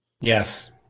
Yes